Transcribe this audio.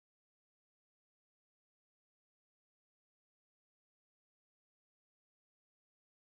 hougang avenue eight uh behind the punggol primary school carpark coffee shop